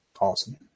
Awesome